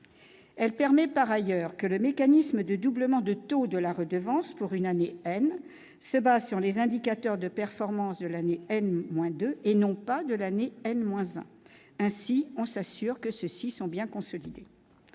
elle permet par ailleurs que le mécanisme de doublement de taux de la redevance pour une année se base sur les indicateurs de performance de l'année, M. moins 2 et non pas de l'année, M. moins hein, ainsi on s'assure que ceux-ci sont bien consolidé,